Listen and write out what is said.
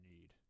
need